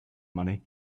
money